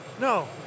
No